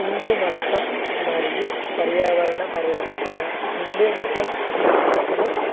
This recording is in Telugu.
హిందూ మతం మరియు పర్యావరణ పరిరక్షణ హిందూ మతం ప్రకృతిని